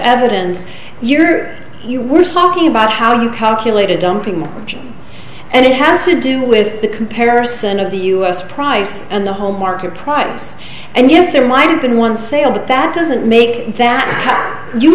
evidence year you were talking about how you calculated dumping more and it has to do with the comparison of the us price and the whole market price and yes there might have been one sale but that doesn't make that you